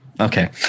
okay